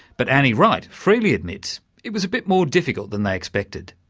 but annie wright freely admits it was a bit more difficult than they expected.